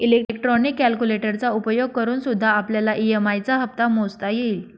electronic कैलकुलेटरचा उपयोग करूनसुद्धा आपल्याला ई.एम.आई चा हप्ता मोजता येईल